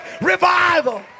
revival